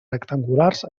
rectangulars